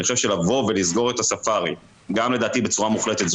אני חושב שלסגור את הספארי גם בצורה מוחלטת,